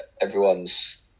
everyone's